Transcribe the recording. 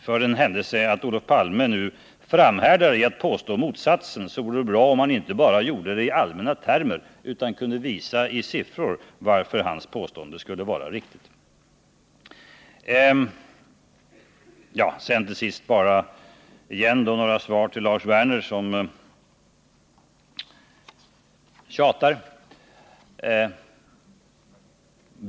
För den händelse att Olof Palme nu framhärdar i att påstå motsatsen vore det bra om han gjorde det inte bara i allmänna termer utan kunde visa i siffror varför hans påståenden skulle vara riktiga. Till sist återigen ett par svar till Lars Werner.